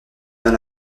dans